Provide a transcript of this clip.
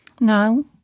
No